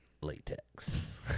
latex